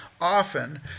often